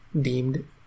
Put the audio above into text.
deemed